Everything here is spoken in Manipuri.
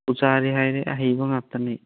ꯄꯨꯖꯥꯔꯤ ꯍꯥꯏꯔꯦ ꯑꯍꯩꯕ ꯉꯥꯛꯇꯅꯤ